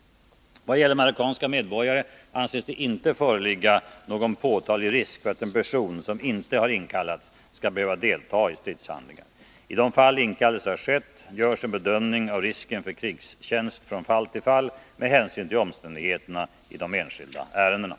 Vad gäller marockanska medborgare anses det inte föreligga någon påtaglig risk för att en person, som inte har inkallats, skall behöva delta i stridshandlingar. I de fall inkallelse har skett görs en bedömning av risken för krigstjänst från fall till fall med hänsyn till omständigheterna i det enskilda Nr 69